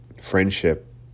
friendship